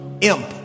imp